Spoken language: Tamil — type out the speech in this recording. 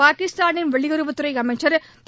பாகிஸ்தானின் வெளியுறவுத்துறை அமைச்சர் திரு